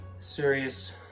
serious